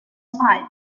tight